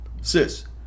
Sis